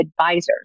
Advisors